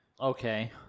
Okay